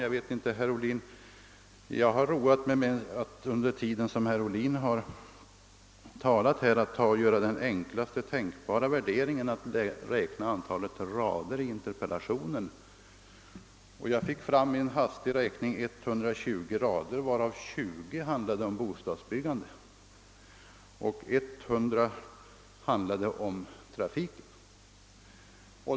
Jag har under herr Ohlins anförande roat mig med att göra den enklast tänkbara uppskattningen av proportionerna, nämligen genom att räkna antalet rader i interpellationen. Vid en hastig genomgång fann jag att den bestod av 120 rader, varav 20 handlade om bostadsbyggandet och 100 om trafiken.